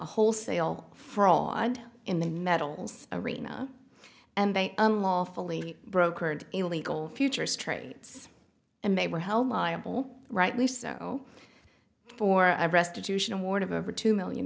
wholesale fraud in the metals arena and they unlawfully brokered illegal futures trades and they were held liable rightly so for i restitution award of over two million